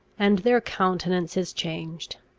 and their countenances changed.